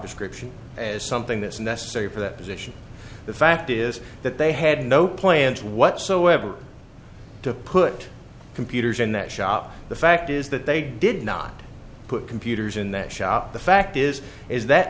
description as something that's necessary for that position the fact is that they had no plans whatsoever to put computers in that shop the fact is that they did not put computers in that shop the fact is is that